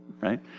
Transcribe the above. right